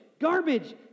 garbage